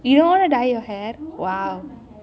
you don't want to dye your hair